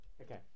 Okay